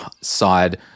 side